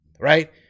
Right